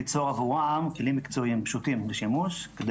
ליצור עבורם כלים מקצועיים פשוטים לשימוש כדי